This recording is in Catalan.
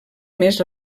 més